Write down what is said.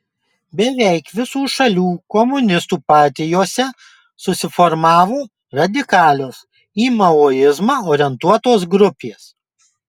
beveik visų šalių komunistų partijose susiformavo radikalios į maoizmą orientuotos grupės